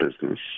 business